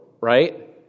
right